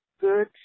Good